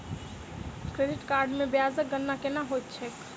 credit card मे ब्याजक गणना केना होइत छैक